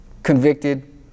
Convicted